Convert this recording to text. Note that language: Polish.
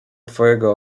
twojego